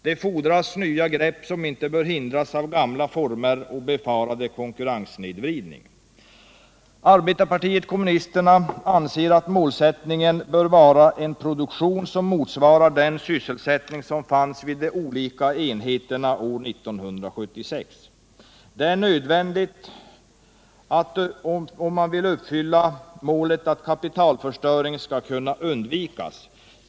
Det fordras nya grepp, som inte bör hindras av gamla former och bevarad konkurrenssnedvridning. Arbetarpartiet kommunisterna anser att målsättningen bör vara att uppnå en produktion som motsvarar den sysselsättning som fanns vid de olika enheterna år 1976. Det är nödvändigt, om man vill uppfylla målsättningen att kapitalförstöring skall kunna undvikas.